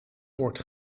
wordt